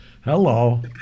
Hello